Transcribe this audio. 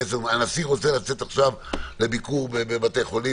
הנשיא רוצה לצאת עכשיו לביקור בבתי חולים,